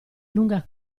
lunga